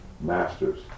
master's